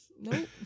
Nope